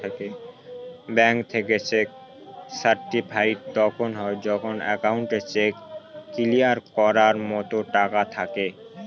bank থেকে cheque certified তখন হয় যখন একাউন্টে চেক ক্লিয়ার করার মতো টাকা থাকে